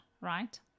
right